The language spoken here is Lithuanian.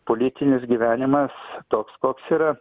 politinis gyvenimas toks koks yra